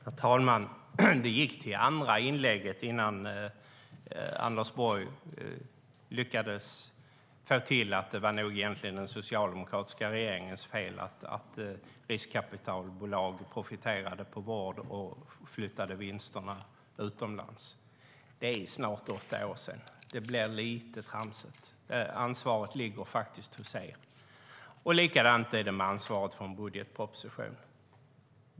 Herr talman! Det gick till andra inlägget innan Anders Borg lyckades få till att det nog egentligen var den socialdemokratiska regeringens fel att riskkapitalbolag profiterade på vård och flyttade vinsterna utomlands. Det är snart åtta år sedan. Det blir lite tramsigt. Ansvaret ligger faktiskt hos er. Likadant är det med ansvaret för en budgetproposition.